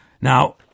Now